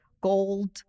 gold